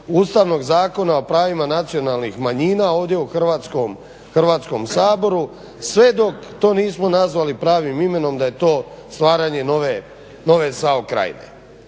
Ustavnog zakona o pravim nacionalnih manjina ovdje u Hrvatskom saboru sve dok to nismo nazvali pravim imenom da je to stvaranje nove SAO Krajine.